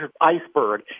iceberg